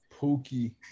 Pookie